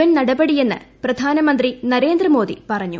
N നടപടിയെന്ന് പ്രധാനമന്ത്രി നരേന്ദ്രമോദി പറഞ്ഞു